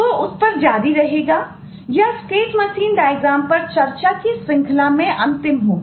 तो उस पर जारी रहेगा